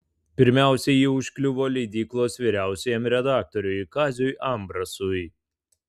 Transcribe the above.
pirmiausia ji užkliuvo leidyklos vyriausiajam redaktoriui kaziui ambrasui